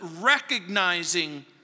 recognizing